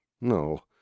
No